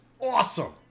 awesome